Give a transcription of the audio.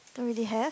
don't really have